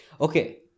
Okay